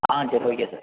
ஆ சரி okay sir